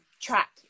track